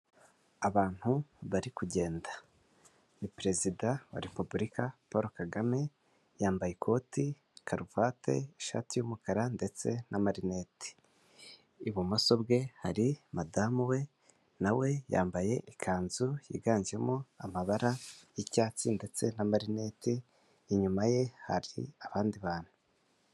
Abantu bari kugenda ni perezida wa Repubulika Paul Kagame, yambaye ikoti karuvati ishati y'umukara ndetse n'amarinete, ibumoso bwe hari madamu we nawe yambaye ikanzu yiganjemo amabara y'icyatsi ndetse n'amarinete, inyuma ye hari abandi bantu.